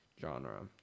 genre